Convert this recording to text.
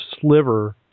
sliver